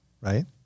right